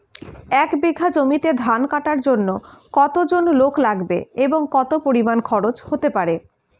এক বিঘা জমিতে ধান কাটার জন্য কতজন লোক লাগবে এবং কত পরিমান খরচ হতে পারে?